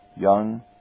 Young